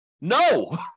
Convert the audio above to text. No